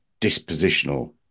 dispositional